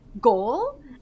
goal